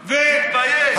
תתבייש.